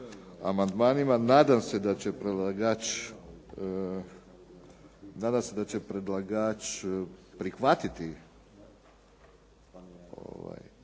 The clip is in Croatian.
amandmanima. Nadam se da će predlagač prihvatiti